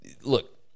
Look